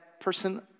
person